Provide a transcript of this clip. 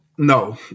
No